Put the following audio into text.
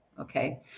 okay